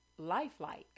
lifelike